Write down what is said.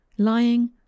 lying